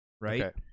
Right